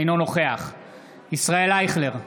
אינו נוכח ישראל אייכלר,